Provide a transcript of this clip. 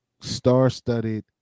star-studded